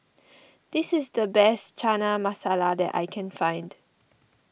this is the best Chana Masala that I can find